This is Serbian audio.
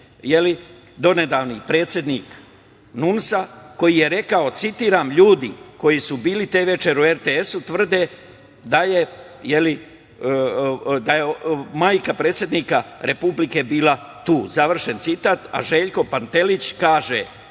donedavni predsednik NUNS-a, koji je rekao, citiram: „Ljudi koji su bili te večeri u RTS tvrde da je majka predsednika Republike bila tu“, završen citat. Željko Pantelić kaže: